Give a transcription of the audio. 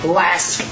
last